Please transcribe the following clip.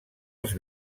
els